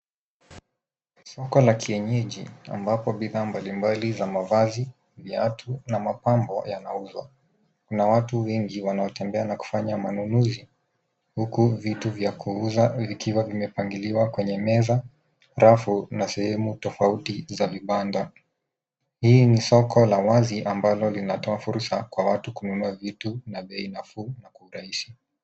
Soko la kienyeji ambapo bidhaa mbalimbali za mavazi, viatu na mapambo yanauzwa. Kuna watu wengi wanaotembea na kufanya manunuzi huku vitu vya kuuzwa vikiwa vimepangiliwa kwenye meza, rafu na sehemu tofauti za vibanda. Hili ni soko la wazi ambalo linatoa fursa kwa watu kununua vitu na bei nafuu na kwa urahisi.